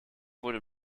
wurde